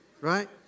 Right